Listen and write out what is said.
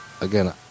again